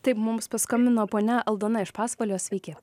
taip mums paskambino ponia aldona iš pasvalio sveiki